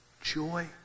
joy